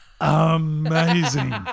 amazing